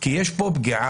כי יש פה פגיעה,